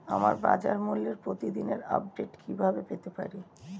আমরা বাজারমূল্যের প্রতিদিন আপডেট কিভাবে পেতে পারি?